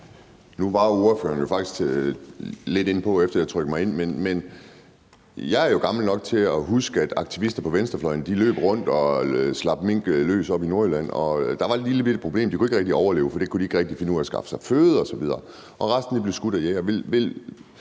var ordføreren jo faktisk lidt inde på det, efter at jeg trykkede mig ind, men jeg er jo gammel nok til at huske, at aktivister på venstrefløjen løb rundt og slap mink løs oppe i Nordjylland. Der var et lillebitte problem: De kunne ikke rigtig overleve, for de kunne ikke rigtig finde ud af at skaffe sig føde osv. Og resten blev skudt af jægere.